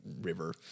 River